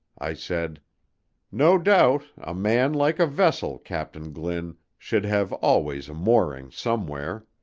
i said no doubt a man, like a vessel, captain glynn, should have always a mooring somewhere.